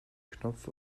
knopf